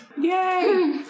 Yay